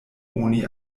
oni